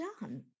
done